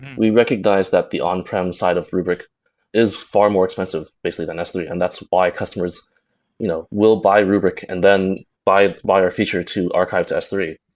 we recognize that the on-prem side of rubrik is far more expensive basically than s three and that's why customers you know will buy rubrik and then buy buy our feature to archive to s three.